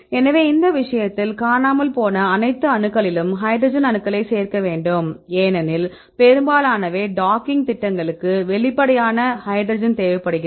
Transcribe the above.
எனவே இந்த விஷயத்தில் காணாமல் போன அனைத்து அணுக்களிலும் ஹைட்ரஜன் அணுக்களைச் சேர்க்க வேண்டும் ஏனெனில் பெரும்பாலானவை டாக்கிங் திட்டங்களுக்கு வெளிப்படையான ஹைட்ரஜன் தேவைப்படுகிறது